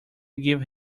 give